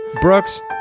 Brooks